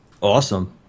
awesome